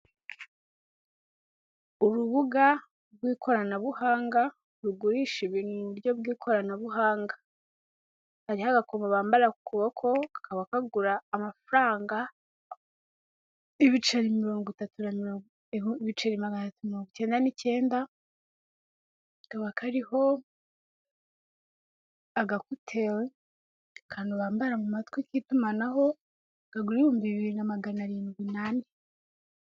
Urubuga rw'ikoranabuhanga rugurisha ibintu mu buryo bw'ikoranabuhanga, hariho agakomo bambara ku akaboko kakaba kagura amafaranga, ibiceri maganatatu mirongo cyenda n'icyenda. Hakaba kariho agakuteri, akantu bambara mu matwi k'itumanaho, kagura ibihumbi bibiri na magana arindwi nane.